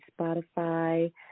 Spotify